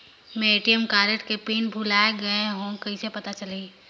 मैं ATM card के pin भुलाए गे हववं कइसे पता चलही?